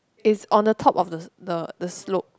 is on the top of the the the slope